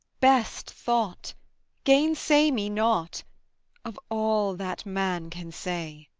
best thought gainsay me not of all that man can say!